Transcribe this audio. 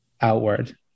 outward